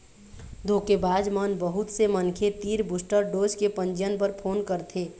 धोखेबाज मन बहुत से मनखे तीर बूस्टर डोज के पंजीयन बर फोन करथे